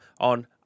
on